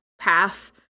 path